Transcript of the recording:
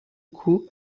coûts